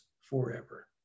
forever